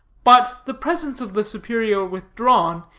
but the presence of the superior withdrawn,